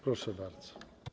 Proszę bardzo.